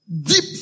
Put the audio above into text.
Deep